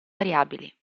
variabili